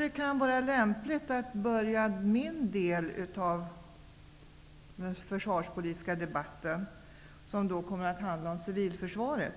Det kan vara lämpligt att jag påbörjar min del av den försvarspolitiska debatten, det gäller då civilförsvaret,